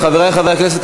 חברי חברי הכנסת,